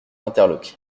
interloqué